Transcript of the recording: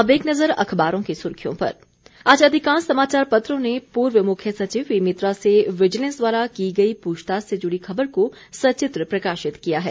अब एक नजर अखबारों की सुर्खियों पर आज अधिकांश समाचारपत्रों ने पूर्व मुख्य सचिव पी मित्रा से विजिलेंस द्वारा की गई पूछताछ से जुड़ी खबर को सचित्र प्रकाशित किया है